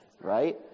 right